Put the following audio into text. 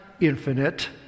infinite